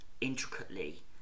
intricately